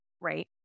Right